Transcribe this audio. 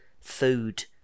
food